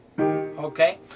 okay